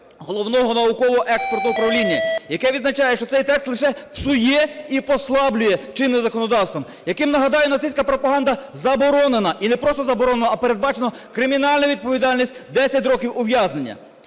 Головного науково-експертного управління, яке відзначає, що цей текст лише псує і послаблює чинне законодавство, яким, нагадаю, нацистська пропаганда заборонена і не просто заборонено, а передбачено кримінальну відповідальність 10 років ув'язнення.